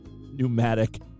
Pneumatic